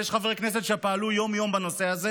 ויש חברי כנסת שפעלו יום-יום בנושא הזה,